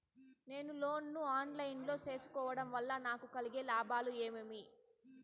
నేను లోను ను online లో సేసుకోవడం వల్ల నాకు కలిగే లాభాలు ఏమేమీ?